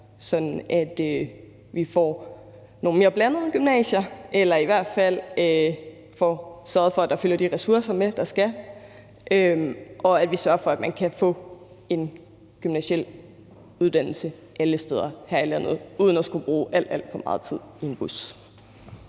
at vi får nogle mere blandede gymnasier, eller i hvert fald får sørget for, at der følger de ressourcer med, der skal, og at vi sørger for, at man kan få en gymnasial uddannelse alle steder her i landet uden at skulle bruge alt, alt for meget tid i en bus.